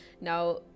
now